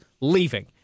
leaving